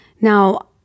now